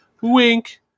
wink